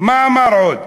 מה אמר עוד?